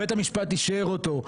בית המשפט אישר אותו,